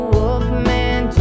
Wolfman